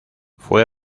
fue